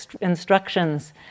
instructions